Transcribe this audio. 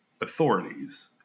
authorities